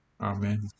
Amen